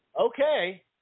okay